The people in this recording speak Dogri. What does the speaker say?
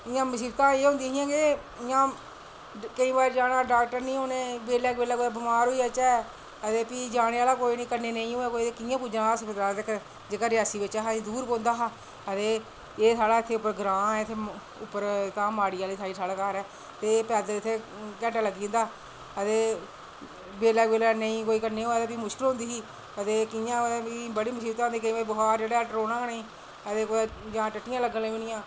इयां मुसीबतां एह् होंदियां हां इयां केईं बारी जाना कुसै बेल्लै कबेलै डाक्टर नी होन ते फ्ही जाने आह्ला नी कोई कन्नै नेईं होऐ कोई ते फ्ही इयां पुज्जना हा हस्पताल ते जेह्का रियासी बिच्च हा एह् दूर पौंदा हा ते एह् साढ़ा इत्थें उप्पर ग्रांऽ ऐ साढ़ा उप्पर माड़ी आह्ली साढ़ा घर ऐ ते पैद्दल इत्थें घैंटा लग्गी जंदा हा ते बेल्लै कबेलै नेईं कोई होऐ ते फ्ही मुश्कल होई जंदी ही ते कियां कि बड़ियां मुसीबतां दिक्खियां में टरोना गै नी ते जां कुदै टट्टियां लग्गन लगी पौनियां